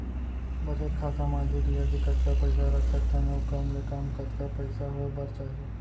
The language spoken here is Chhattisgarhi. बचत खाता मा अधिक ले अधिक कतका पइसा रख सकथन अऊ कम ले कम कतका पइसा होय बर चाही?